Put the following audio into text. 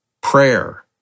Prayer